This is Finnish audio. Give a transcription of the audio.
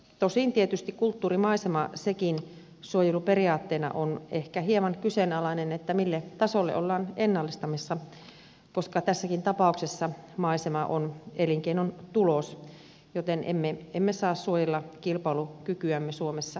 tosin tietysti kulttuurimaisema sekin suojeluperiaatteena on ehkä hieman kyseenalainen mille tasolle ollaan ennallistamassa koska tässäkin tapauksessa maisema on elinkeinon tulos joten emme saa suojella kilpailukykyämme suomessa hengiltä